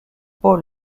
paul